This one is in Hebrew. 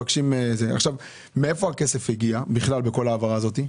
עכשיו, מאיפה הכסף הגיע בכל ההעברה הזאת?